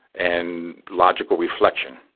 and logical reflection.